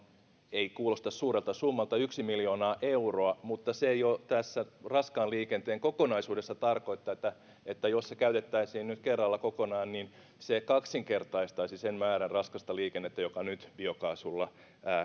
ei kuulosta suurelta summalta yksi miljoonaa euroa mutta se jo tässä raskaan liikenteen kokonaisuudessa tarkoittaa että että jos se käytettäisiin nyt kerralla kokonaan niin se kaksinkertaistaisi sen määrän raskasta liikennettä joka nyt biokaasulla